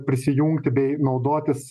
prisijungti bei naudotis